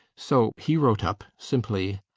so he wrote up, simply,